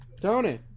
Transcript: Tony